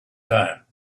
time